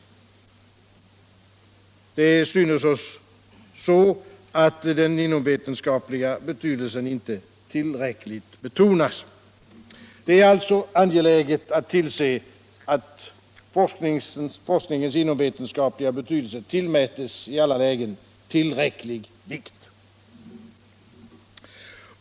Det synes oss vara så att den inomvetenskapliga betydelsen inte tillräckligt betonas. Det är alltså angeläget att tillse att forskningens inomvetenskapliga betydelse i alla lägen tillmätes tillräcklig vikt.